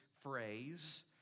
phrase